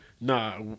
Nah